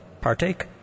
partake